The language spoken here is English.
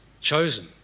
chosen